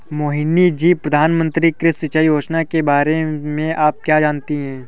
मोहिनी जी, प्रधानमंत्री कृषि सिंचाई योजना के बारे में आप क्या जानती हैं?